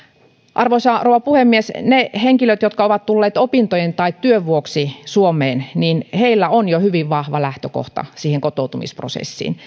arvoisa rouva puhemies niillä henkilöillä jotka ovat tulleet opintojen tai työn vuoksi suomeen on jo hyvin vahva lähtökohta kotoutumisprosessiin